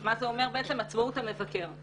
זה אומר עצמאות המבקר.